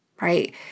right